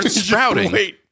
sprouting